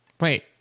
wait